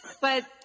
But-